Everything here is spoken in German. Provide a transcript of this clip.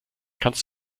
kannst